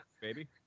baby